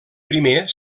primer